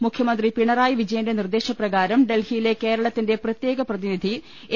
മുഖ്യമന്ത്രി പിണറായി വിജയന്റെ നിർദ്ദേശപ്രകാരം ഡൽഹിയിലെ കേരളത്തിന്റെ പ്രത്യേക പ്രതിനിധി എ